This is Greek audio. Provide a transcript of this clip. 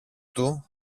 του